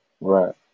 right